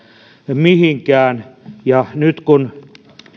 mihinkään kun